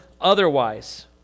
otherwise